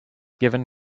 given